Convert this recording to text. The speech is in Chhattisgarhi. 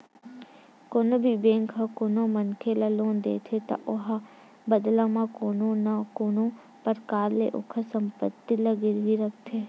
कोनो भी बेंक ह कोनो मनखे ल लोन देथे त ओहा बदला म कोनो न कोनो परकार ले ओखर संपत्ति ला गिरवी रखथे